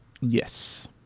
Yes